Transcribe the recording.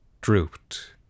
drooped